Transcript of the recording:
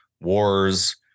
Wars